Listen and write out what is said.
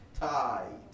tie